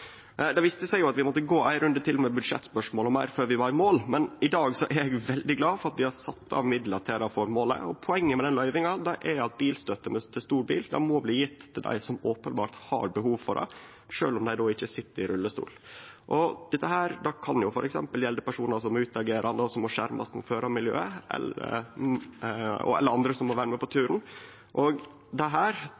Det viste seg at vi måtte gå ein runde til med budsjettspørsmål og meir før vi var i mål, men i dag er eg veldig glad for at vi har sett av midlar til det føremålet. Poenget med den løyvinga er at bilstøtte til stor bil må bli gjeve til dei som openbert har behov for det, sjølv om dei ikkje sit i rullestol. Dette kan f.eks. gjelde personar som er utagerande, og som må skjermast mot førarmiljøet eller andre som må vere med på